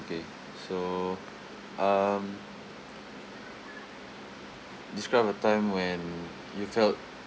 okay so um describe a time when you felt